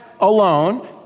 alone